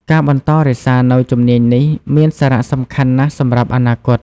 ការបន្តរក្សានូវជំនាញនេះមានសារៈសំខាន់ណាស់សម្រាប់អនាគត។